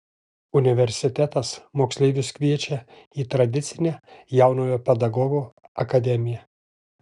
universitetas moksleivius kviečia į tradicinę jaunojo pedagogo akademiją